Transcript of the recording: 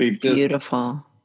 beautiful